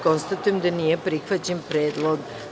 Konstatujem da nije prihvaćen predlog.